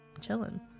chilling